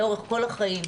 לאורך כל החיים.